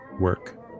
work